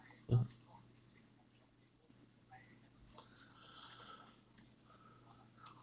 uh